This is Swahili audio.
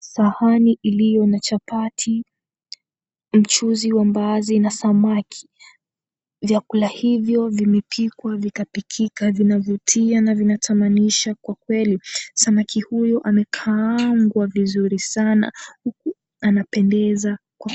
Sahani iliyo na chapati, mchuzi wa mbaazi na samaki. Vyakula hivyo vimepikwa vikapikika vinavutia na vinatamanisha kwa kweli. Samaki huyu amekaangwa vizuri sana huku anapendeza kwa...